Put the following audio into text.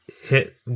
hit